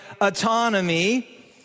autonomy